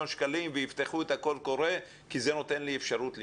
₪ ויפתחו את הקול קורא כי זה נותן לי אפשרות לנשום.